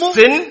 sin